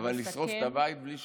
אבל לשרוף את הבית בלי שיודעים?